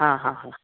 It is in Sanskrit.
हा हा हा